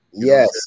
Yes